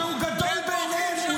שהוא גדול בעיניהם,